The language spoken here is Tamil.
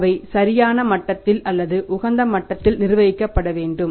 அவை சரியான மட்டத்தில் அல்லது உகந்த மட்டத்தில் நிர்வகிக்கப்பட வேண்டும்